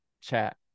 chat